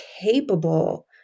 capable